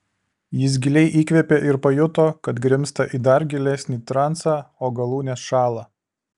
jis giliai įkvėpė ir pajuto kad grimzta į dar gilesnį transą o galūnės šąla